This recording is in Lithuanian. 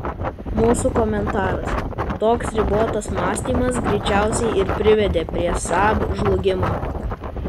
mūsų komentaras toks ribotas mąstymas greičiausiai ir privedė prie saab žlugimo